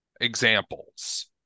examples